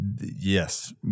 yes